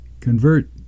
Convert